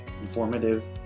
informative